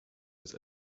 jetzt